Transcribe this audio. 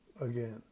again